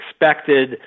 expected